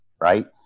Right